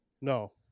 No